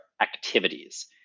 activities